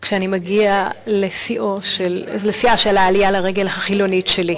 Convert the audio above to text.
כשאני מגיע לשיאה של העלייה לרגל החילונית שלי.